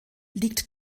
liegt